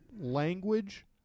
language